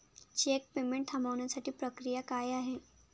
Check payment थांबवण्याची प्रक्रिया काय आहे?